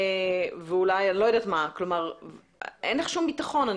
אין לך שום ביטחון.